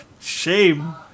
shame